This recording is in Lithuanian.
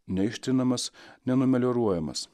neištrinamas nenumelioruojamas